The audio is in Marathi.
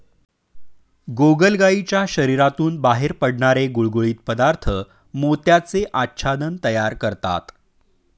गोगलगायीच्या शरीरातून बाहेर पडणारे गुळगुळीत पदार्थ मोत्याचे आच्छादन तयार करतात